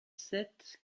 sept